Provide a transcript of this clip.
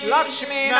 Lakshmi